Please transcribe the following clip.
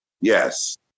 Yes